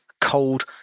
cold